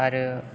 आरो